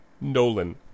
Nolan